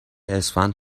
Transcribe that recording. اسفند